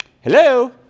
Hello